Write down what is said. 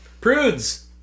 Prudes